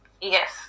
yes